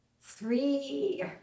three